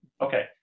Okay